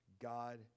God